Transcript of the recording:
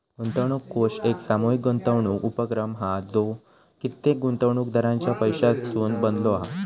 गुंतवणूक कोष एक सामूहीक गुंतवणूक उपक्रम हा जो कित्येक गुंतवणूकदारांच्या पैशासून बनलो हा